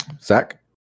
Zach